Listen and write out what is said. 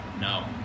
No